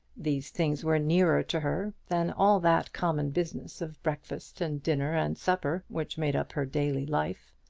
these things were nearer to her than all that common business of breakfast and dinner and supper which made up her daily life.